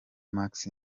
max